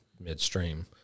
midstream